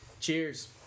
Cheers